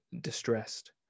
distressed